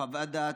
חוות דעת,